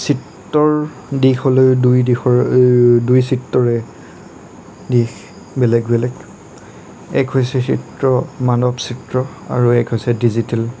চিত্ৰৰ দিশলৈ দুয়োদিশৰ দুই চিত্ৰৰে দিশ বেলেগ বেলেগ এক হৈছে চিত্ৰ মানৱ চিত্ৰ আৰু এক হৈছে ডিজিটেল